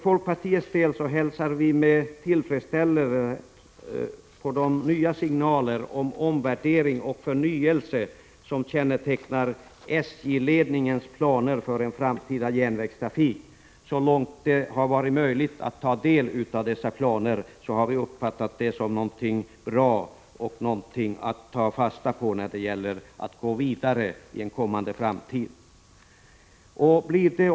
Folkpartiet hälsar med tillfredsställelse de signaler om omvärdering och förnyelse som kännetecknar SJ-ledningens planer för en framtida järnvägstrafik. Så långt det har varit möjligt att ta del av dessa planer har vi uppfattat detta som något bra och något att ta fasta på för det fortsatta arbetet.